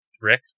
Rick